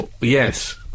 Yes